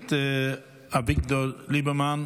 הכנסת אביגדור ליברמן,